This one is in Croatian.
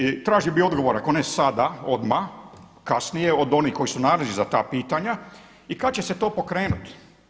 I tražio bih odgovore ako ne sada, odmah, kasnije, od onih koji su nadležni za ta pitanja i kada će se to pokrenuti.